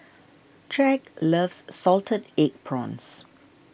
Tyrek loves Salted Egg Prawns